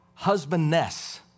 husbandness